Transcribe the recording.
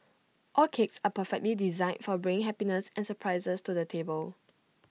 all cakes are perfectly designed for bringing happiness and surprises to the table